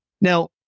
Now